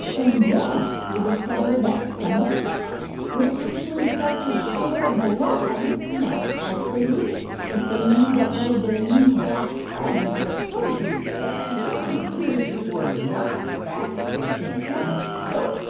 and then they discovered that some of the bats would actually start to share blood you know, as food if they knew that one of their new bat friends was hungry and just to be clear, these were not bats in the same family nope.